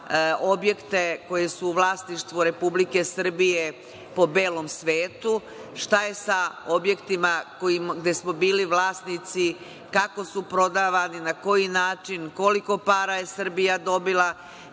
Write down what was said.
objekte koji su u vlasništvu Republike Srbije po belom svetu? Šta je sa objektima gde smo bili vlasnici? Kako su prodavani, na koji način, koliko para je Srbija dobila,